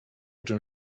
czym